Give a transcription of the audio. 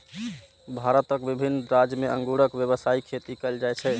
भारतक विभिन्न राज्य मे अंगूरक व्यावसायिक खेती कैल जाइ छै